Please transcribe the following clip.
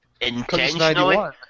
Intentionally